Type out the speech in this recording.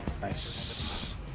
Nice